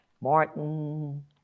Martin